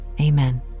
amen